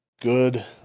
good